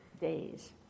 days